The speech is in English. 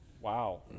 wow